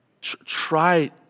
Try